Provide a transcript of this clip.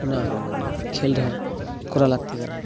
ᱚᱱᱟ ᱠᱷᱮᱞᱚᱰᱦᱚᱸ ᱠᱚᱨᱟᱣ ᱞᱟᱹᱠᱛᱤ ᱠᱟᱱᱟ